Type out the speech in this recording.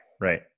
right